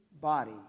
body